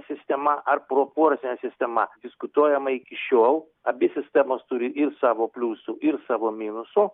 sistema ar proporcinė sistema diskutuojama iki šiol abi sistemos turi ir savo pliusų ir savo minusų